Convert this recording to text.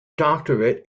doctorate